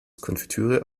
konfitüre